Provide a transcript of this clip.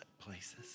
places